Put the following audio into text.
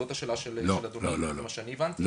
זאת השאלה של אדוני כמו שהבנתי?